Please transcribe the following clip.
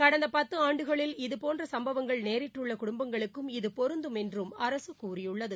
கடந்த பத்து ஆண்டுகளில் இதுபோன்ற சம்பவங்கள் நேிட்டுள்ள குடும்பங்களுக்கும் இது பொருந்தும் என்றும் அரசு கூறியுள்ளது